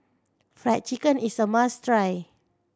Fried Chicken is a must try